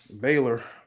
baylor